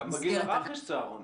גם בגיל הרך יש צהרונים.